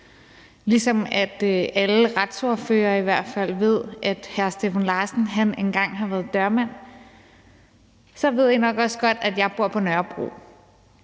fald alle retsordførere ved, at hr. Steffen Larsen engang har været dørmand, ved I nok også godt, at jeg bor på Nørrebro,